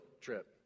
trip